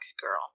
girl